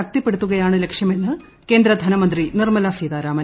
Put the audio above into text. ശക്തിപ്പെടുത്തുകയാണ് ലക്ഷ്യമെന്ന് കേന്ദ്ര ധനമന്ത്രി നിർമല സീതാരാമൻ